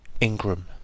Ingram